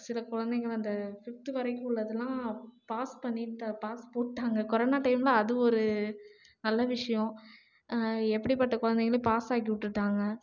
சில குழந்தைங்கள் இந்த ஃபிப்த் வரைக்கும் உள்ளதெலாம் பாஸ் பண்ணிட்டால் பாஸ் போட்டாங்கள் கொரோனா டைம்ல அது ஒரு நல்ல விஷயம் எப்படிபட்ட குழந்தைகளும் பாஸ் ஆக்கி விட்டுட்டாங்க